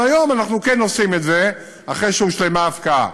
והיום אנחנו כן עושים את זה אחרי שהושלמה ההפקעה.